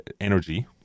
energy